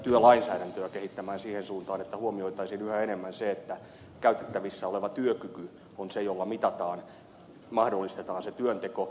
työlainsäädäntöä on kehitettävä siihen suuntaan että huomioitaisiin yhä enemmän se että käytettävissä oleva työkyky on se jolla mitataan mahdollistetaan se työnteko